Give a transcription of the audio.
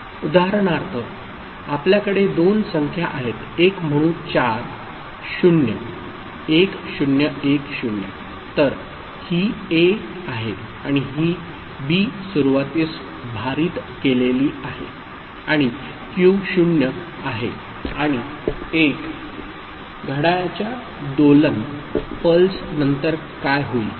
उदाहरणार्थ आपल्याकडे दोन संख्या आहेत एक म्हणू चार 0 1010 तर ही ए आहे आणि ही बी सुरुवातीस भारित केलेली आहे आणि क्यू 0 आहे आणि 1 घड्याळाच्या दोलन पल्स नंतर काय होईल